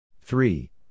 Three